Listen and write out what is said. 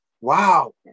Wow